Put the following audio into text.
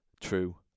true